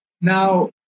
Now